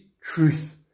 truth